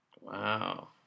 Wow